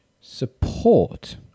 support